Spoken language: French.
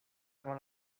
avant